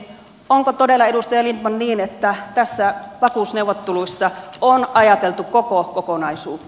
onko todella edustaja lindtman niin että näissä vakuusneuvotteluissa on ajateltu koko kokonaisuutta